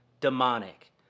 demonic